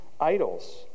idols